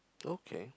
okay